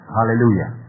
Hallelujah